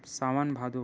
सावन भादो